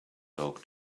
dog